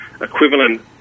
equivalent